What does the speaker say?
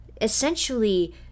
essentially